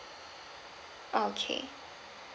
okay